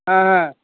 হ্যাঁ হ্যাঁ